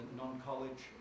non-college